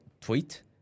tweet